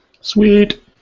Sweet